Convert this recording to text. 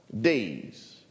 days